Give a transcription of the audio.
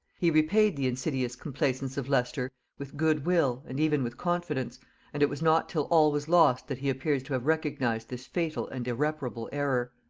he repaid the insidious complaisance of leicester with good will and even with confidence and it was not till all was lost that he appears to have recognised this fatal and irreparable error.